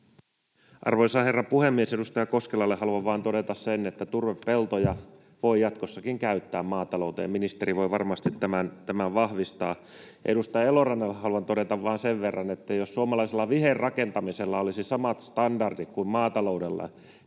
Arvoisa herra puhemies! Edustaja Koskelalle haluan vain todeta sen, että turvepeltoja voi jatkossakin käyttää maatalouteen. Ministeri voi varmasti tämän vahvistaa. Edustaja Elorannalle haluan todeta vain sen verran, että jos suomalaisella viherrakentamisella olisi samat standardit kuin maataloudella,